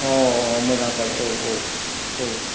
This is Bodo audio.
अ मोजां सार औ औ औ